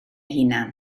hunan